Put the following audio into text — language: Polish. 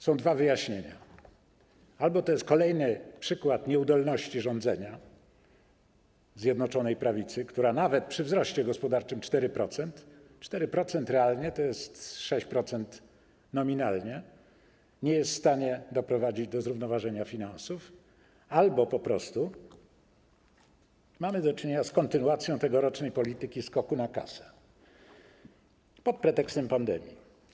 Są dwa wyjaśnienia: albo to jest kolejny przykład nieudolności rządzenia Zjednoczonej Prawicy, która nawet przy wzroście gospodarczym 4%–4% realnie to jest 6% nominalnie - nie jest w stanie doprowadzić do zrównoważenia finansów, albo po prostu mamy do czynienia z kontynuacją tegorocznej polityki skoku na kasę pod pretekstem pandemii.